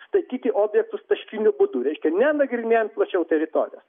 statyti objektus taškiniu būdu reiškia ne nagrinėti plačiau teritorijos